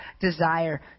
desire